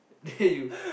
then you